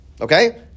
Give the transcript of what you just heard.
okay